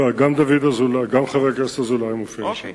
לא, גם חבר הכנסת אזולאי מופיע.